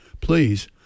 please